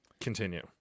Continue